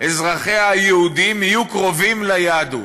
אזרחיה היהודים יהיו קרובים ליהדות.